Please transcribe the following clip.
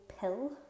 pill